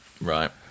Right